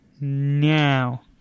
now